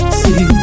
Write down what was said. see